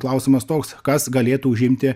klausimas toks kas galėtų užimti